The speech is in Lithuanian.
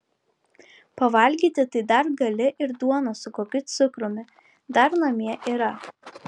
pavalgyti tai dar gali ir duonos su kokiu cukrumi dar namie yra